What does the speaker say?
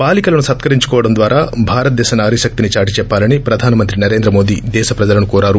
బాలీకలను సత్కరించుకోవడం ద్వారా భారతదేశ నారీ శక్తిని చాటిచెప్పాలని ప్రధానమంత్రి నరేంద్ర మోదీ దేశ ప్రజలను కోరారు